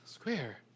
Square